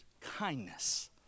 kindness